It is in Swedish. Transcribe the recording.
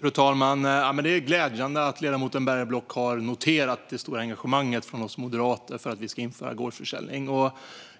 Fru talman! Det är glädjande att ledamoten Bergenblock har noterat det stora engagemanget hos oss moderater för ett införande av gårdsförsäljning.